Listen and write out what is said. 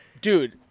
dude